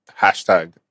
hashtag